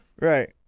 Right